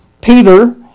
Peter